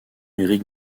eric